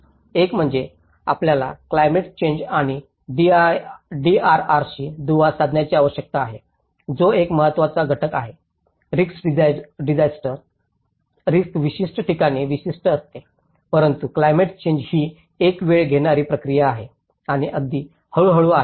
एक म्हणजे आपल्याला क्लायमेट चेंज आणि डीआरआरशी दुवा साधण्याची आवश्यकता आहे जो एक महत्वाचा घटक आहे रिस्क डिसास्टर रिस्क विशिष्ट ठिकाणी विशिष्ट असते परंतु क्लायमेट चेंज ही एक वेळ घेणारी प्रक्रिया आहे आणि अगदी हळूहळू आहे